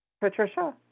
Patricia